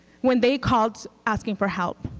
when they called asking for help.